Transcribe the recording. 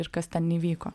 ir kas ten įvyko